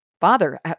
Father